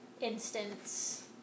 instance